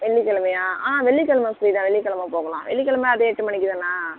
வெள்ளிக் கிழமையா ஆ வெள்ளிக் கிழம ஃப்ரீ தான் வெள்ளிக் கிழம போகலாம் வெள்ளிக் கிழம அதே எட்டு மணிக்கு தானா